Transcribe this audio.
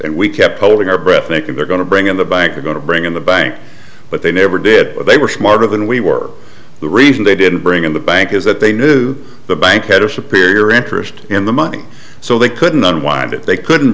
and we kept holding our breath thinking they're going to bring in the banks are going to bring in the bank but they never did but they were smarter than we were the reason they didn't bring in the bank is that they knew the bank had a sapir interest in the money so they couldn't unwind it they couldn't